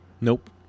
Nope